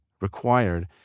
required